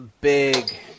big